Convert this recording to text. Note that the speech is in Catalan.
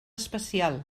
especial